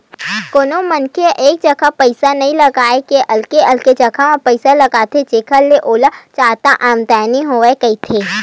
कोनो मनखे ह एक जगा पइसा नइ लगा के अलगे अलगे जगा म पइसा लगाथे जेखर ले ओला जादा आमदानी होवय कहिके